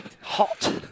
Hot